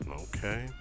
okay